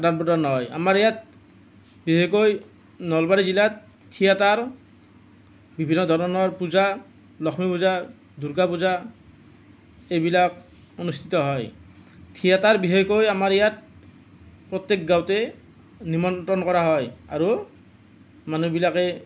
আদান প্ৰদান হয় আমাৰ ইয়াত বিশেষকৈ নলবাৰী জিলাত থিয়েটাৰ বিভিন্ন ধৰণৰ পূজা লক্ষ্মী পূজা দুৰ্গা পূজা এইবিলাক অনুষ্ঠিত হয় থিয়েটাৰ বিশেষকৈ আমাৰ ইয়াত প্ৰত্যেক গাঁৱতেই নিমন্ত্ৰন কৰা হয় আৰু মানুহবিলাকে